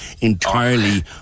entirely